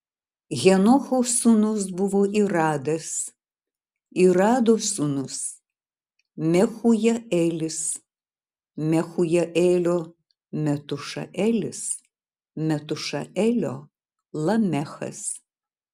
henocho sūnus buvo iradas irado sūnus mehujaelis mehujaelio metušaelis metušaelio lamechas